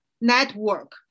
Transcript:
network